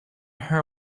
her